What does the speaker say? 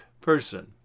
person